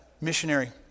missionary